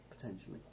potentially